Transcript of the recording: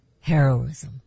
heroism